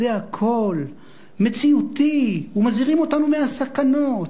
כול מציאותי ומזהירים אותנו מהסכנות.